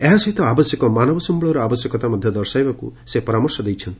ଏହା ସହିତ ଆବଶ୍ୟକ ମାନବ ସମ୍ମଳର ଆବଶ୍ୟକତା ମଧ୍ଧ ଦର୍ଶାଇବାକୁ ପରାମର୍ଶ ଦେଇଛନ୍ତି